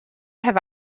have